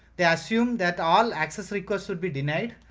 they assume that all access requests should be denied.